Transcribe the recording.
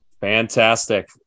Fantastic